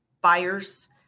buyers